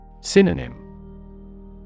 Synonym